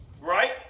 right